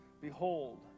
behold